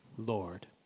Lord